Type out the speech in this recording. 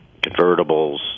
convertibles